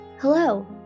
Hello